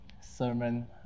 sermon